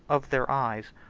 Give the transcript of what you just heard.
of their eyes,